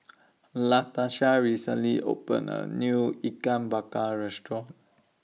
Latarsha recently opened A New Ikan Bakar Restaurant